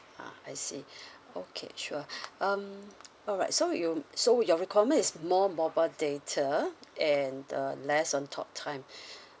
ah I see okay sure um all right so you so your requirement is more mobile data and uh less on talk time